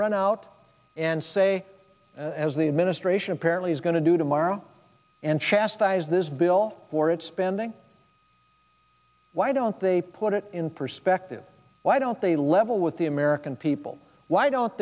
run out and say as the administration apparently is going to do tomorrow and chastise this bill for its spending why don't they put it in perspective why don't they level with the american people why don't